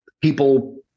people